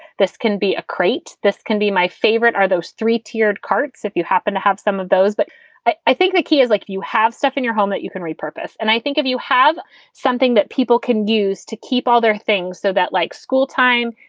this can be a crate. this can be my favorite. are those three tiered carts if you happen to have some of those. but i i think the key is like you have stuff in your home that you can repurpose. and i think if you have something that people can use to keep all their things so that like school time,